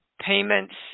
payments